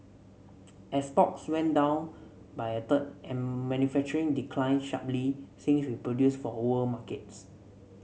exports went down by a third and manufacturing declined sharply since we produced for world markets